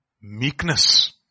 meekness